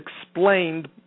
explained